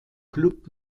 club